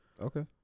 Okay